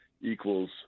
equals